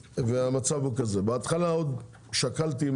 המצב הוא כזה: בהתחלה עוד שקלתי אם